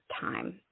time